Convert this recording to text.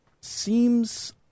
seems